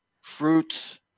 fruits